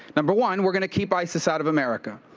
number one, we're going to keep isis out of america.